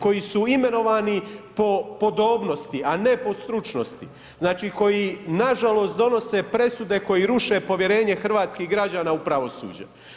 Koji su imenovani po podobnosti, a ne po stručnosti, znači koji nažalost, donose presude koji ruše povjerenje hrvatskih građana u pravosuđe.